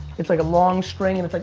it's like a long string and it's like